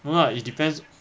no lah it depends